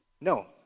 No